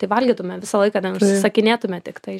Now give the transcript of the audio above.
tai valgytume visą laiką ten tik užsisakinėtume tiktai